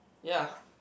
ya